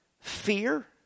fear